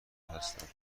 هستند